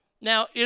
Now